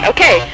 Okay